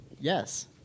Yes